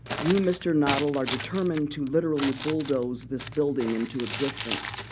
you, mr. noddle, are determined to literally bulldoze this building into existence,